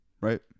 Right